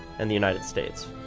and the united states.